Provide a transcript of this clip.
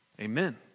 Amen